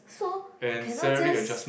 so cannot just